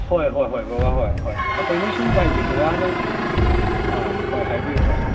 ꯍꯣꯏ ꯍꯣꯏ ꯍꯣꯏ ꯕꯕꯥ ꯍꯣꯏ ꯍꯣꯏ ꯑꯩꯈꯣꯏꯅ ꯁꯨꯝ ꯍꯥꯏꯗꯤ ꯕꯕꯥꯅ ꯑꯥ ꯍꯣꯏ ꯍꯥꯏꯕꯤꯌꯨ ꯍꯣꯏ